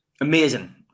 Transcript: Amazing